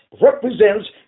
represents